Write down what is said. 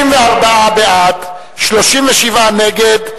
64 בעד, 37 נגד,